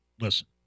listen